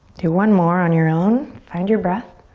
do one more on your own. find your breath.